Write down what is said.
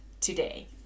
today